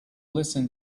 listen